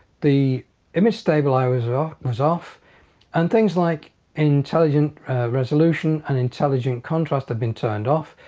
the image stabilizer was off and things like intelligent resolution and intelligent contrast have been turned off.